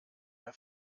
mehr